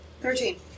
Thirteen